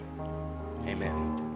Amen